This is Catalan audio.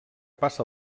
passa